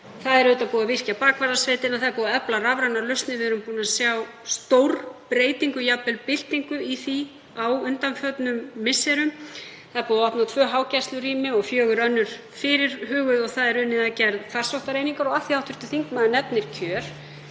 Það er auðvitað búið að virkja bakvarðasveitina, það er búið að efla rafrænar lausnir, við höfum séð stórbreytingu, jafnvel byltingu í því á undanförnum misserum. Það er búið að opna tvö hágæslurými og fjögur önnur fyrirhuguð og unnið er að gerð farsóttaeiningar. Og af því hv. þingmaður nefnir kjör